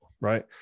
Right